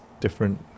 Different